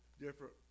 different